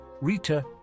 Rita